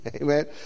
Amen